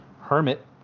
hermit